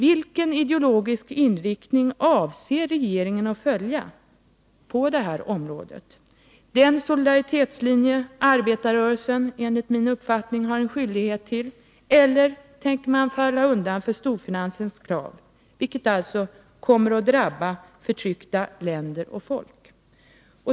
Vilken ideologisk inriktning avser regeringen att ha på detta område: den solidariska inriktning som arbetarrörelsen enligt min uppfattning har en skyldighet att välja, eller tänker man falla undan för storfinansens krav, vilket skulle komma att drabba förtryckta länder och folk?